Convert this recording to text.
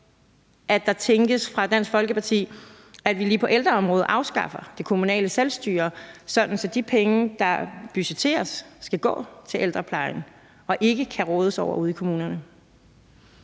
der tænkes fra Dansk Folkepartis side, at vi lige på ældreområdet afskaffer det kommunale selvstyre, sådan at de penge, som budgetteres, skal gå til ældreplejen og ikke kan rådes over ude i kommunerne?